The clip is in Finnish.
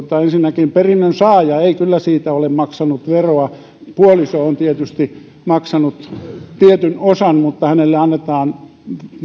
ensinnäkin perinnön saaja ei kyllä siitä ole maksanut veroa puoliso on tietysti maksanut tietyn osan mutta hänelle annetaan